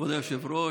כבוד היושב-ראש,